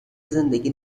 زندگی